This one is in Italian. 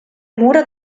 mura